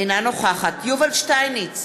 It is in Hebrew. אינה נוכחת יובל שטייניץ,